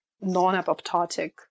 non-apoptotic